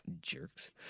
jerks